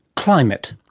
climate.